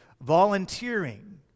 volunteering